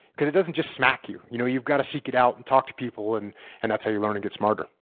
because it doesn't just smack you. you know you've got to seek it out and talk to people, and and that's how you learn and get smarter.